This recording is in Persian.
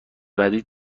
بعدی